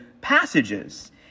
passages